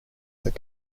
that